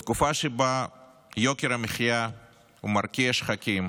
בתקופה שבה יוקר המחיה מרקיע שחקים,